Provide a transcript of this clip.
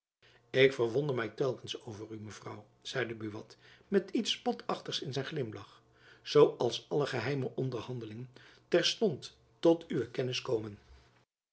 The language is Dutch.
ik verwonder my telkens over u mevrouw zeide buat met iets spotachtigs in zijn glimlach zoo als alle geheime onderhandelingen terstond tot uwe kennis komen